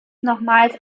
nochmals